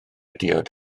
diod